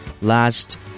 last